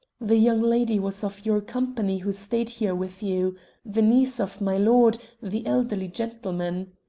the young lady was of your company who stayed here with you the niece of milord, the elderly gentleman.